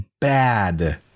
bad